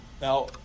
Now